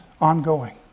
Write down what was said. ongoing